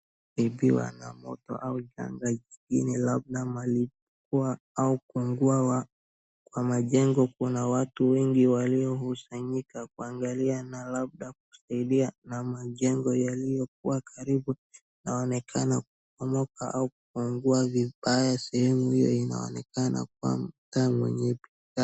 Imebibiwa na moto au janga jingine labda malipuko au kuungua kwa majengo kuna watu wengi waliokusanyika kuangalia na labda kusaidia na majengo yaliyokuwa karibu yanaonekana kubomoka au kunguwa vibaya sehemu hiyo inaonekana kuwa mtaa mwenye.